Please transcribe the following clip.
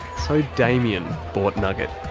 so damien bought nugget.